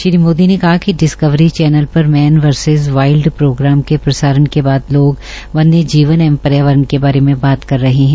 श्री मोदी ने कहा कि डिस्कवरी चैनल पर मैन वर्सिज वाईल्ड प्रोग्राम के प्रसारण के बाद लोग वन्य जीवन एवं पर्यावरण के बारे में बात कर रहे हैं